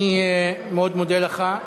אני מאוד מודה לך.